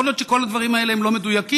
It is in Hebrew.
יכול להיות שכל הדברים האלה לא מדויקים,